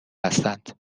هستند